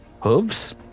hooves